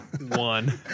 One